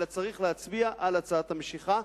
אלא צריך להצביע על הצעת המשיכה,